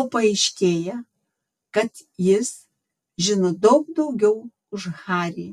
o paaiškėja kad jis žino daug daugiau už harį